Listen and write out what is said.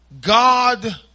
god